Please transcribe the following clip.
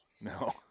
No